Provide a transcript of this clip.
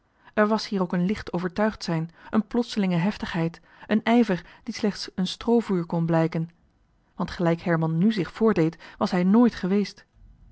er was hier ook een licht overtuigd zijn een plotselinge heftigheid een ijver die slechts een stroovuur kon blijken want gelijk herman nu zich voordeed was hij nooit geweest